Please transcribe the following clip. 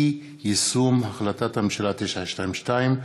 אי-יישום החלטת הממשלה 922,